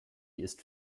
ist